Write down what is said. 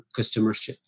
customership